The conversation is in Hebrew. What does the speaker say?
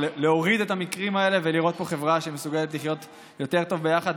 להוריד את המקרים האלה ולראות פה חברה שמסוגלת לחיות יותר טוב ביחד.